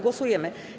Głosujemy.